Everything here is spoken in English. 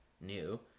new